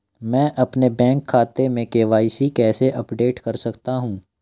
मैं अपने बैंक खाते में के.वाई.सी कैसे अपडेट कर सकता हूँ?